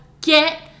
get